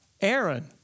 Aaron